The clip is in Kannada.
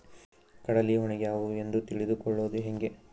ಕಡಲಿ ಒಣಗ್ಯಾವು ಎಂದು ತಿಳಿದು ಕೊಳ್ಳೋದು ಹೇಗೆ?